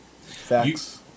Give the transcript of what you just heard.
Facts